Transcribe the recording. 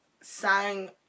sang